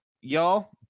Y'all